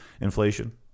inflation